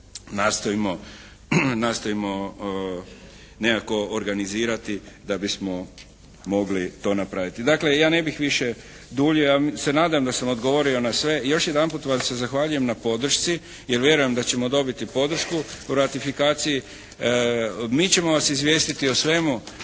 nastojimo nekako organizirati da bismo mogli to napraviti. Dakle ja ne bih više duljio. Ja se nadam da sam odgovorio na sve. Još jedanput vam se zahvaljujem na podršci, jer vjerujem da ćemo dobiti podršku o ratifikaciji. Mi ćemo vas izvijestiti o svemu,